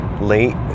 late